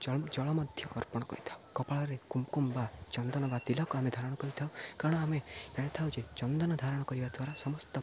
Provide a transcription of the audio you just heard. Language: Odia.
ଜଳ ମଧ୍ୟ ଅର୍ପଣ କରିଥାଉ କପାଳରେ କୁମ୍କୁମ୍ ବା ଚନ୍ଦନ ବା ତିଲକ ଆମେ ଧାରଣ କରିଥାଉ କାରଣ ଆମେ ଜଣିଥାଉ ଯେ ଚନ୍ଦନ ଧାରଣ କରିବା ଦ୍ୱାରା ସମସ୍ତ